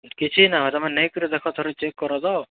କିଛି ନାଇ ହୁଏ ତମେ ନେଇକିରି ଦେଖ ଥରେ ଚେକ୍ କର ତ